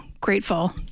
grateful